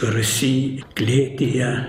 rūsy klėtyje